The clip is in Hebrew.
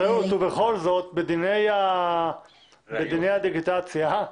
ובכל זאת, בדיני הדיגיטציה,